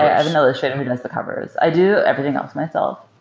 i've been illustrating the covers. i do everything else myself.